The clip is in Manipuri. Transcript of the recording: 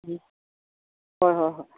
ꯎꯝ ꯍꯣꯏ ꯍꯣꯏ ꯍꯣꯏ